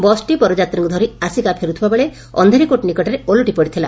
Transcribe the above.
ବସ୍ଟି ବରଯାତ୍ରୀଙ୍କୁ ଧରି ଆସିକା ଫେରୁଥିବା ବେଳେ ଅକ୍ଷାରିକୋଟ ନିକଟରେ ଓଲଟି ପଡ଼ିଥିଲା